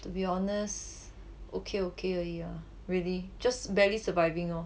to be honest okay okay 而已 ah really just barely surviving lor